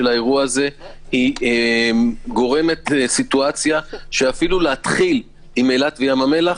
האירוע הזה גורמת למצב שאפילו להתחיל עם אילת וים המלח,